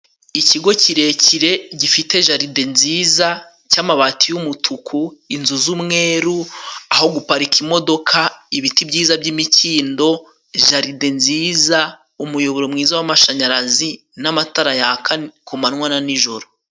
Ikigo kirekire gifite jaride nziza, cy'amabati y'umutuku, inzu z'umweru aho guparika imodoka, ibiti byiza by'imikindo, jaride nziza, umuyoboro mwiza w'amashanyarazi ,n'amatara yaka ku manywa na niijoro.